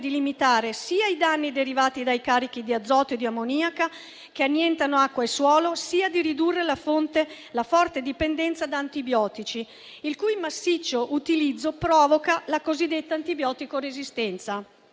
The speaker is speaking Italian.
limitare sia i danni derivati dai carichi di azoto e di ammoniaca, che annientano acqua e suolo, sia di ridurre la forte dipendenza da antibiotici, il cui massiccio utilizzo provoca la cosiddetta antibiotico-resistenza.